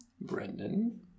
Brendan